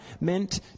meant